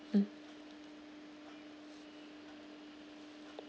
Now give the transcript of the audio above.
mm